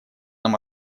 нам